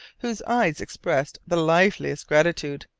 whose eyes expressed the liveliest gratitude.